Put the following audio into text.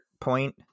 point